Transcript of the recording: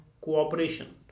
cooperation